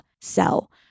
sell